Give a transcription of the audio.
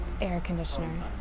air-conditioner